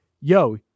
yo